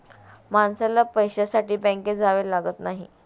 माणसाला पैशासाठी बँकेत जावे लागत नाही